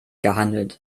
gehandelt